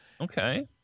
Okay